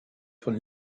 von